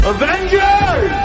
Avengers